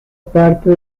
parte